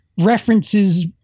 references